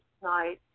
tonight